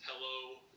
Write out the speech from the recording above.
Hello